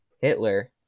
Hitler